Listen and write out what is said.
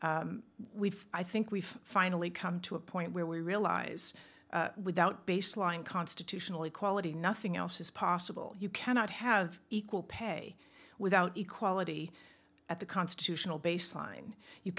we've i think we've finally come to a point where we realize without baseline constitutional equality nothing else is possible you cannot have equal pay without equality at the constitutional baseline you